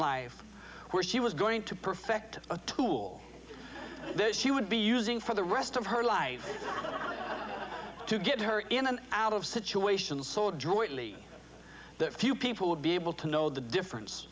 life where she was going to perfect a tool that she would be using for the rest of her life to get her in and out of situations sold jointly that few people would be able to know the difference